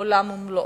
עולם ומלואו.